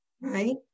right